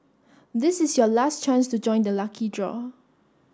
this is your last chance to join the lucky draw